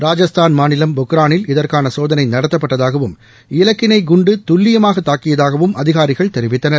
ராஜஸ்தான் மாநிலம் பொக்ரானில் இதற்கான சோதனை நடத்தப்பட்டதாகவும் இலக்கினை குண்டு துல்லியமாக தாக்கியதாகவும் அதிகாரிகள் தெரிவித்தனர்